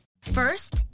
First